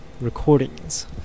recordings